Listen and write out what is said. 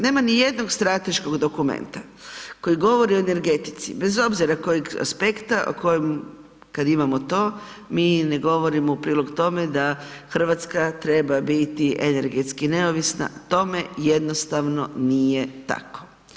Nema nijednog strateškog dokumenta koji govori o energetici bez obzira kojeg aspekta, o kojem kad imamo to, mi ne govorimo u prilog tome da Hrvatska treba biti energetski neovisna, tome jednostavno nije tako.